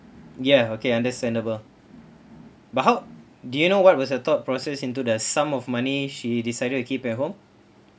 ya okay understandable but how do you know what was her thought process into the sum of money she decided to keep at home